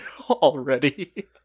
Already